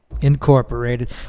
Incorporated